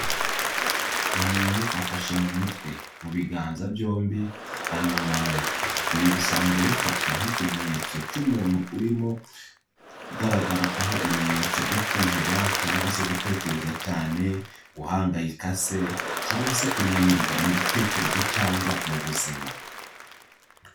Umuntu afashe mu mutwe, mu biganza byombi arunamye, ibi bisanzwe bifatwa nk'ikimenyetso cy'umuntu urimo ugaragaraho ibimenyetso byo kwiheba, cyangwa se gutekereza cyane, guhangayika se. cyangwa se kunanirwa mu bitekerezo cyangwa mu buzima.